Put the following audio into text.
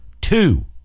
two